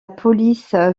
police